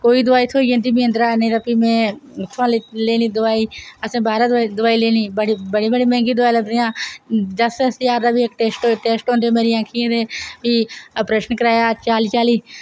कोई दवाई थ्होई जंदी मिगी अंदरा नी ता फ्ही में उत्थुआं लैनी दवाई असें बाहरां दवाई लनी बड़ी बड़ी बड़ी मैहंगी दवाई लब्भनी दस्स दस्स ज्हार दा बी इक टैस्ट होंदे हे मेरी अक्खियें दे फ्ही आपरेशन कराया चाली चाली